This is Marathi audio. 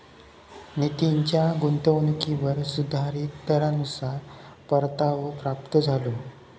नितीनच्या गुंतवणुकीवर सुधारीत दरानुसार परतावो प्राप्त झालो